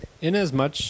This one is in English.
Inasmuch